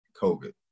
COVID